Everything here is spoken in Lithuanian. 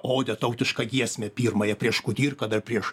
odę tautišką giesmę pirmąją prieš kudirką dar prieš